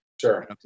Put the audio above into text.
sure